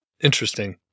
Interesting